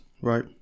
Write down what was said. right